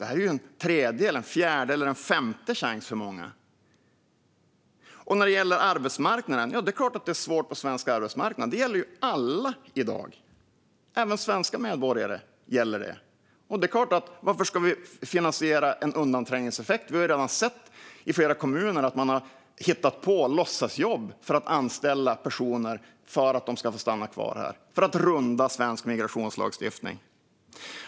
Det är en tredje, fjärde eller femte chans för många. Och när det gäller arbetsmarknaden är det klart att det är svårt på svensk arbetsmarknad. Det gäller ju alla i dag, även svenska medborgare. Varför ska vi finansiera en undanträngningseffekt? Vi har redan sett i flera kommuner att man har hittat på låtsasjobb för att anställa personer så att de ska få stanna kvar här - för att runda svensk migrationslagstiftning.